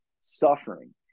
suffering